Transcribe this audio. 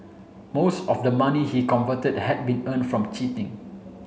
most of the money he converted had been earn from cheating